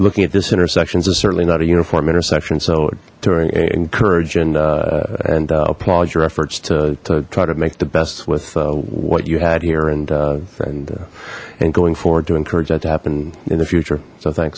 looking at this intersections is certainly not a uniform intersection so during encourage and and applaud your efforts to try to make the best with what you had here and and and going forward to encourage that to happen in the future so